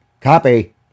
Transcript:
Copy